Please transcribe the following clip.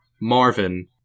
Marvin